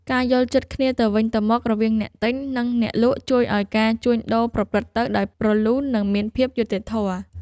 ការយល់ចិត្តគ្នាទៅវិញទៅមករវាងអ្នកទិញ និងអ្នកលក់ជួយឱ្យការជួញដូរប្រព្រឹត្តិទៅដោយរលូននិងមានភាពយុត្តិធម៌។